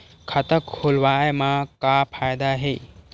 खाता खोलवाए मा का फायदा हे